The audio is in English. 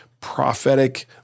prophetic